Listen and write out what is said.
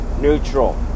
Neutral